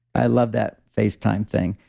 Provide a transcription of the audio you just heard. i love that facetime thing.